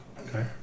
Okay